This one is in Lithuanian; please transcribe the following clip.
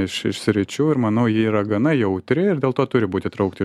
iš sričių ir manau ji yra gana jautri ir dėl to turi būti traukti